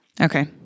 Okay